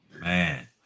man